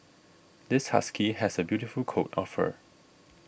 this husky has a beautiful coat of fur